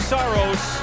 Saros